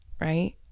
right